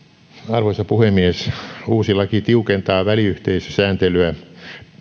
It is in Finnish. arvoisa puhemies uusi laki tiukentaa väliyhteisösääntelyä